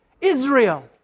Israel